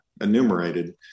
enumerated